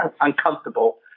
uncomfortable